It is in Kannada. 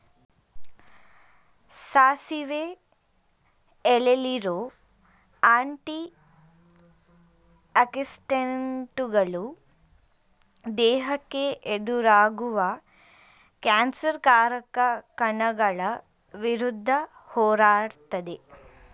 ಸಾಸಿವೆ ಎಲೆಲಿರೋ ಆಂಟಿ ಆಕ್ಸಿಡೆಂಟುಗಳು ದೇಹಕ್ಕೆ ಎದುರಾಗುವ ಕ್ಯಾನ್ಸರ್ ಕಾರಕ ಕಣಗಳ ವಿರುದ್ಧ ಹೋರಾಡ್ತದೆ